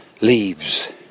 leaves